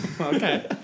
Okay